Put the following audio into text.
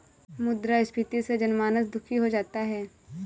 मुद्रास्फीति से जनमानस दुखी हो जाता है